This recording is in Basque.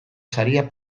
sariak